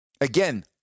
Again